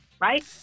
right